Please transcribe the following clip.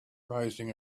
raising